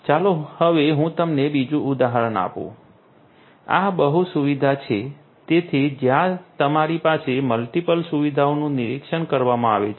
ચાલો હવે હું તમને બીજું ઉદાહરણ આપું આ બહુ સુવિધા છે તેથી જ્યાં તમારી પાસે મલ્ટિપલ સુવિધાઓનું નિરીક્ષણ કરવામાં આવે છે